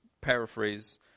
paraphrase